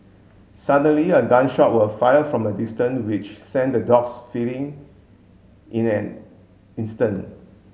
suddenly a gun shot were fired from a distance which sent the dogs fleeing in an instant